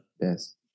Yes